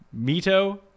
Mito